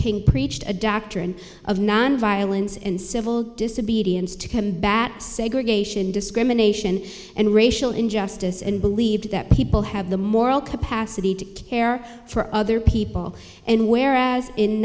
king preached a doctrine of nonviolence and civil disobedience to combat segregation discrimination and racial injustice and believed that people have the moral capacity to care for other people and whereas in